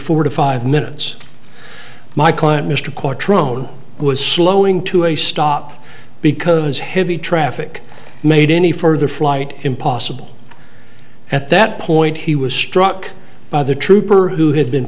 forty five minutes my client mr courtroom was slowing to a stop because heavy traffic made any further flight impossible at that point he was struck by the trooper who had been